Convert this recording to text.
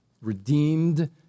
redeemed